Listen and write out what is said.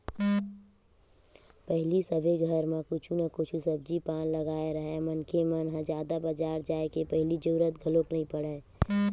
पहिली सबे घर म कुछु न कुछु सब्जी पान लगाए राहय मनखे मन ह जादा बजार जाय के पहिली जरुरत घलोक नइ पड़य